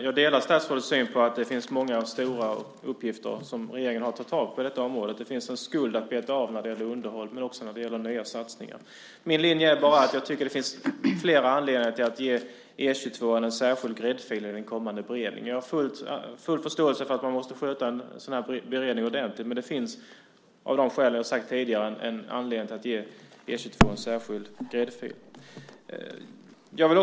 Jag delar statsrådets syn att det finns många stora uppgifter för regeringen att ta tag i på detta område. Det finns en skuld att beta av när det gäller underhåll men också när det gäller nya satsningar. Min linje är dock att jag tycker att det finns flera anledningar att ge E 22:an en särskild gräddfil i den kommande beredningen. Jag har full förståelse för att man måste sköta en sådan beredning ordentligt, men det finns av de skäl jag angett tidigare anledning att ge E 22:an en särskild gräddfil.